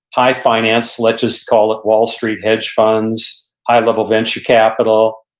high finance. let's just call it wall street, hedge funds, high level venture capital.